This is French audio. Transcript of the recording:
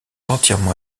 entièrement